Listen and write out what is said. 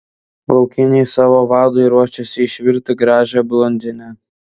laukiniai savo vadui ruošiasi išvirti gražią blondinę